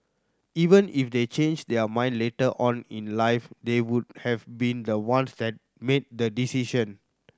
even if they change their mind later on in life they would have been the ones that made the decision